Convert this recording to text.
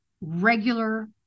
regular